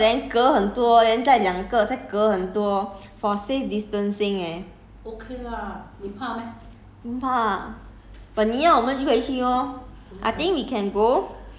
开 liao but but 那个 seat hor 是两个 then 隔很多 then 再两个再隔很多 for safe distancing eh 不怕